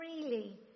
freely